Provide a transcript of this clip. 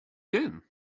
been